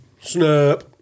Snap